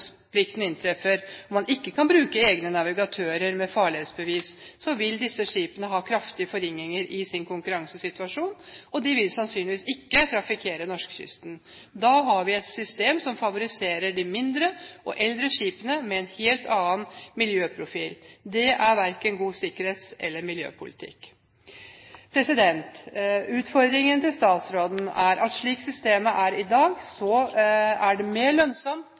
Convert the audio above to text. inntreffer, og man ikke kan bruke egne navigatører med farledsbevis, vil disse skipene ha kraftig forringet sin konkurransesituasjon, og de vil sannsynligvis ikke trafikkere norskekysten. Da har vi et system som favoriserer de mindre og eldre skipene med en helt annen miljøprofil. Det er verken god sikkerhets- eller miljøpolitikk. Utfordringen til statsråden er at slik systemet er i dag, er det mer lønnsomt